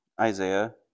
Isaiah